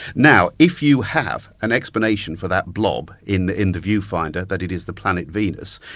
now if you have an explanation for that blob in the in the viewfinder that it is the planet venus,